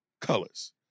Colors